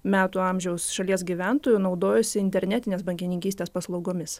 metų amžiaus šalies gyventojų naudojosi internetinės bankininkystės paslaugomis